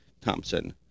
Thompson